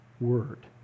word